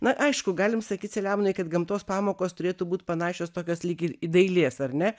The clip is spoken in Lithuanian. na aišku galim sakyt selemonai kad gamtos pamokos turėtų būt panašios tokios lyg ir į dailės ar ne